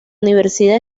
universidad